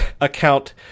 account